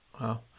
Wow